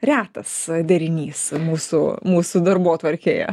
retas derinys mūsų mūsų darbotvarkėje